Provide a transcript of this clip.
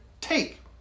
take